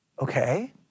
Okay